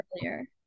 earlier